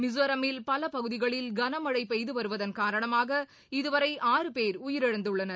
மிசோரமில் பல பகுதிகளில் கனமழை பெய்து வருவதன் காரணமாக இதுவரை ஆறு பேர் உயிரிழந்துள்ளனர்